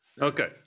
Okay